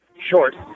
short